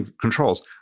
controls